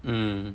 mm